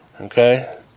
okay